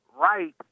right